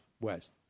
West